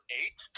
eight